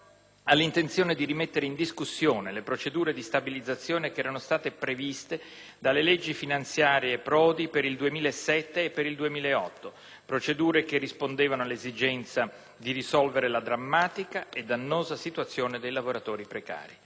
l'intenzione di rimettere in discussione le procedure di stabilizzazione che erano state previste dalle leggi finanziarie Prodi per il 2007 e per il 2008, procedure che rispondevano all'esigenza di risolvere la drammatica ed annosa situazione dei lavoratori precari.